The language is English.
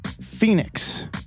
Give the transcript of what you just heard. Phoenix